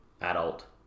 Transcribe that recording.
adult